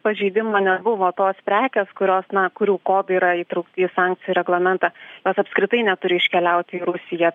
pažeidimo nebuvo tos prekės kurios na kurių kodai yra įtraukti į sankcijų reglamentą jos apskritai neturi iškeliauti į rusiją